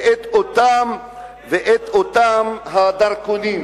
ואותם הדרכונים.